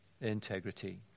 integrity